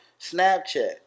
Snapchat